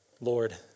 Lord